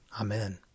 Amen